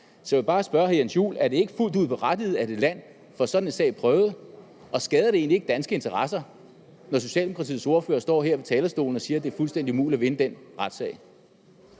Så jeg vil bare spørge hr. Jens Joel: Er det ikke fuldt ud berettiget, at et land får sådan en sag prøvet? Og skader det egentlig ikke danske interesser, når Socialdemokratiets ordfører står her på talerstolen og siger, at det er fuldstændig umuligt at vinde den retssag?